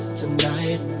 tonight